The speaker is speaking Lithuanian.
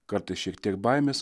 kartais šiek tiek baimės